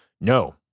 No